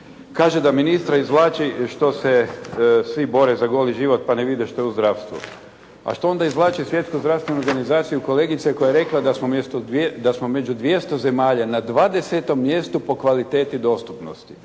Kaže da ministra izvlači što se svi bore za goli život pa ne vide što je u zdravstvu. A što onda izvlači Svjetsku zdravstvenu organizaciju kolegice, koja je rekla da smo među 200 zemalja na 20. mjestu po kvaliteti dostupnosti